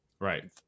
Right